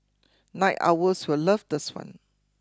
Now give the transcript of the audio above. night owls will love this one